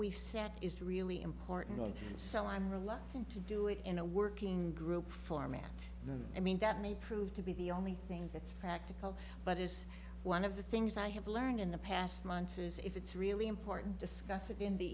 we've set is really important and so i'm reluctant to do it in a working group format i mean that may prove to be the only thing that's practical but is one of the things i have learned in the past months is if it's really important discuss it in the